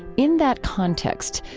in that context,